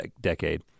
decade